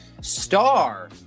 star